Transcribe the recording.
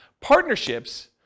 Partnerships